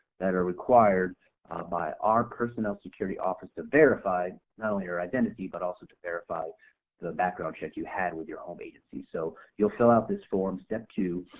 that are required by our personnel security office to verify your identity but also to verify the background check you had with your home agency so, you'll fill out this form, step two,